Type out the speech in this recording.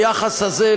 היחס הזה,